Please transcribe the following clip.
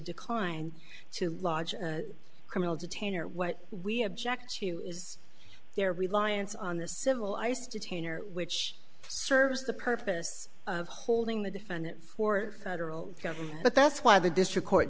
decline to lodge a criminal detainer what we object to is their reliance on the civil ice detainer which serves the purpose of holding the defendant for federal government but that's why the district court